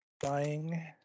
dying